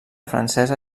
francesa